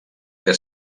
que